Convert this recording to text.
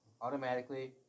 Automatically